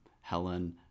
Helen